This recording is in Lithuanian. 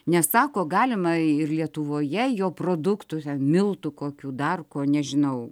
nes sako galima ir lietuvoje jo produktų miltų kokių dar ko nežinau